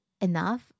enough